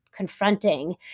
Confronting